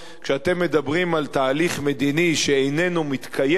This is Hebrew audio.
כשאתם מדברים על תהליך מדיני שאיננו מתקיים,